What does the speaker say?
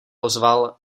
ozval